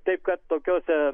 taip kad tokiose